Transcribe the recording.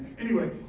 anyway,